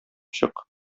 чык